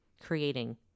Creating